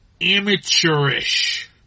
amateurish